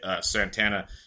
Santana